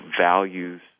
values